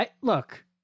Look